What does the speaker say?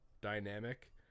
dynamic